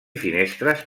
finestres